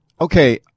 okay